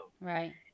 Right